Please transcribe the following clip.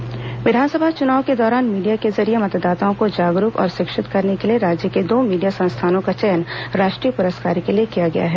media संस्थान पुरस्कार विधानसभा चुनाव के दौरान मीडिया के जरिये मतदाताओं को जागरूक और शिक्षित करने के लिए राज्य के दो मीडिया संस्थानों का चयन राष्ट्रीय पुरस्कार के लिए किया गया है